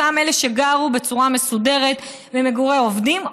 אותם אלה שגרו בצורה מסודרת במגורי עובדים,